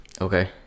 Okay